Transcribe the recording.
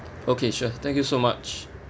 okay sure thank you so much